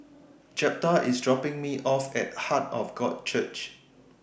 Jeptha IS dropping Me off At Heart of God Church